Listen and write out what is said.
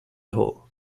hall